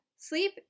Sleep